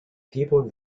people